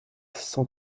cent